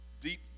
deep